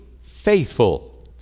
faithful